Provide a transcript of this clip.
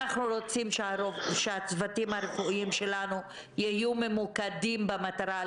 אנחנו רוצים שהצוותים הרפואיים שלנו יהיו ממוקדים במטרה.